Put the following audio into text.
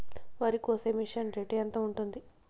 వరికోసే machine rate ఎంత ఉంటుంది?